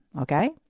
Okay